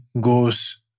goes